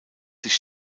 sich